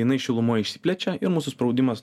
jinai šilumoj išsiplečia ir mūsų spraudimas